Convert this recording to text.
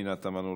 פנינה תמנו,